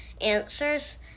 answers